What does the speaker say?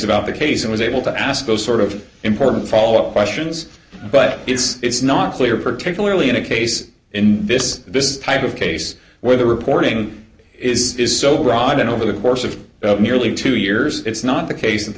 about the case and was able to ask those sort of important follow up questions but it's it's not clear particularly in a case in this this type of case where the reporting is is so broad that over the course of nearly two years it's not the case that the